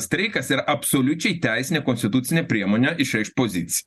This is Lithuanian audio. streikas yra absoliučiai teisinė konstitucinė priemonė išreikšt pozic